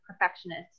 perfectionist